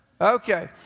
Okay